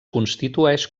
constitueix